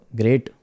great